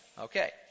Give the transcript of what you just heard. Okay